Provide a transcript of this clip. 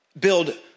build